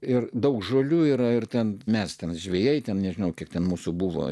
ir daug žolių yra ir ten mes ten žvejai ten nežinau kiek ten mūsų buvo